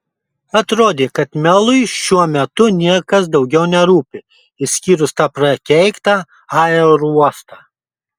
atrodė kad melui šiuo metu niekas daugiau nerūpi išskyrus tą prakeiktą aerouostą